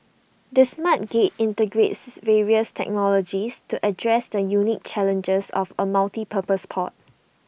the smart gate integrates various technologies to address the unique challenges of A multipurpose port